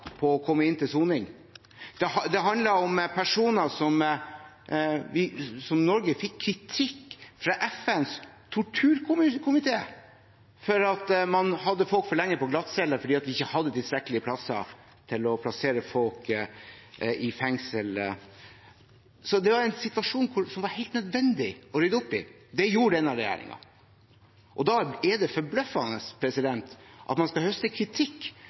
på å komme inn til soning. Norge fikk kritikk fra FNs torturkomité for at man hadde folk for lenge på glattcelle, fordi vi ikke hadde tilstrekkelig med plasser til å plassere folk i fengsel. Det var en situasjon som det var helt nødvendig å rydde opp i. Det gjorde denne regjeringen. Da er det forbløffende at man skal høste kritikk